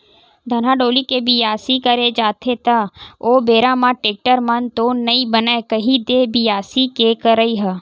धनहा डोली के बियासी करे जाथे त ओ बेरा म टेक्टर म तो नइ बनय कही दे बियासी के करई ह?